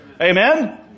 Amen